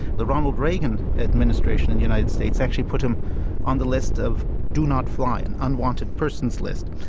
the ronald reagan administration in the united states actually put him on the list of do not fly, an unwanted persons list.